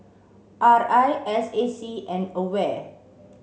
R I S A C and AWARE